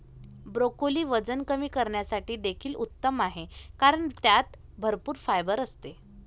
broccoli वजन कमी करण्यासाठी देखील उत्तम आहे कारण त्यात भरपूर फायबर असते